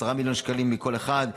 10 מיליון שקלים מכל אחד.